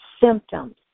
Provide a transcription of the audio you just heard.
symptoms